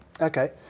Okay